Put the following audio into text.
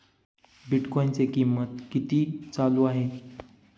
बिटकॉइनचे कीमत किती चालू आहे